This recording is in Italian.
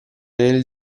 nel